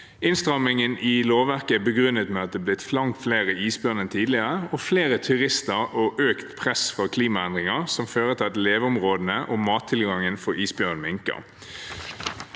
Innstrammingene i lovverket er begrunnet med at det er blitt langt flere isbjørner enn tidligere og flere turister og økt press fra klimaendringer, noe som fører til at leveområdene og mattilgangen for isbjørnen minker.